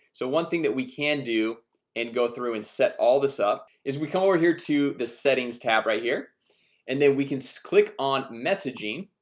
so thing that we can do and go through and set all this up is we come over here to the settings tab right here and then we can so click on messaging